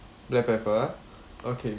black pepper ah okay